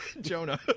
Jonah